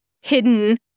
hidden